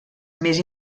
més